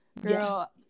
girl